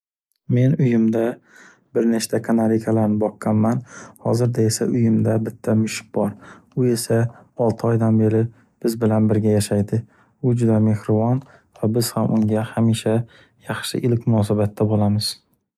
Men uyimda bir nechta kanariykalarni boqqanman, hozirda esa uyimda bitta mushik bor, u esa olti oydan beri biz bilan birga yashaydi, u juda mehribon va biz ham unga hamisha yaxshi iliq munosabatda bo'lamiz.